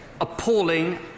appalling